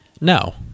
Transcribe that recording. No